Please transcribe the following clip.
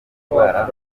indwara